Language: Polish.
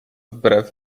wbrew